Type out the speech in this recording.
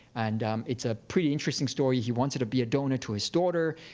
and it's a pretty interesting story. he wanted to be a donor to his daughter.